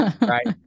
right